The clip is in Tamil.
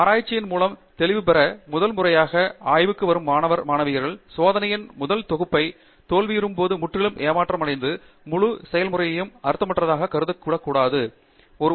ஆராய்ச்சியின் மூலம் ஆராயும் அல்லது முதல் முறையாக ஆய்வுக்கு வரும் மாணவ மாணவியர் சோதனையின் முதல் தொகுப்பை தோல்வியுறும்போது முற்றிலும் ஏமாற்றமடைந்து முழு செயல்முறையையும் அர்த்தமற்றதாகக் கருதி முழு உடற்பயிற்சியும் பயனற்றது